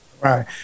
Right